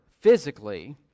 physically